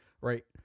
right